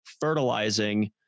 fertilizing